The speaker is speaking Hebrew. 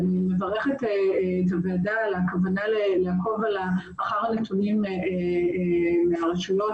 נאי מברכת על הכוונה לעקוב אחר הנתונים מהרשויות